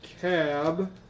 cab